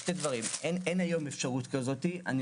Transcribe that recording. שני דברים: אין אפשרות כזאת היום,